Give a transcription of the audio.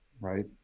right